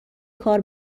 کار